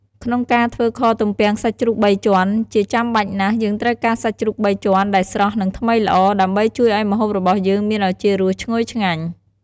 ក្នុងការធ្វើខទំពាំងសាច់ជ្រូកបីជាន់ ជាចាំបាច់ណាស់ យើងត្រូវការសាច់ជ្រូកបីជាន់ ដែលស្រស់ និងថ្មីល្អ ដើម្បីជួយឱ្យម្ហូបរបស់យើងមានឱជារសឈ្ងុយឆ្ងាញ់។